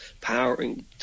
powering